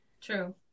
True